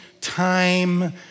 time